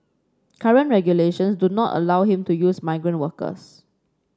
current regulations do not allow him to use migrant workers